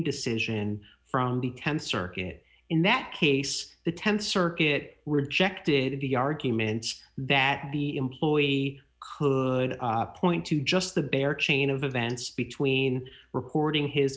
decision from the ken circuit in that case the th circuit rejected the arguments that the employee would point to just the bare chain of events between reporting his